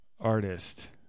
artist